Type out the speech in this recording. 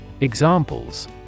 Examples